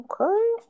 okay